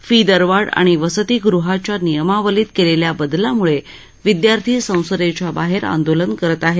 fee दरवाढ आणि वसतिग्हाच्या नियमावलीत केलेल्या बदलाम्ळे विद्यार्थी संसदेच्याबाहेर आंदोलन करत आहेत